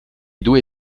due